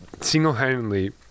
single-handedly